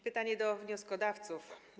Pytanie do wnioskodawców.